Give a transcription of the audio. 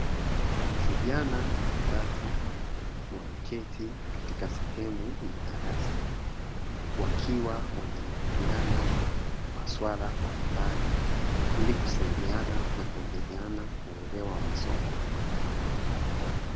Vijana watatu wameketi katika sehemu ya darasa wakiwa wanajadiliana maswala mbalimbali, ili kusaidiana na kuongezeana uelewa wa masomo.